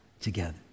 together